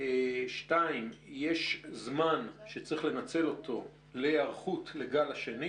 2. יש זמן שצריך לנצל אותו להיערכות לגל השני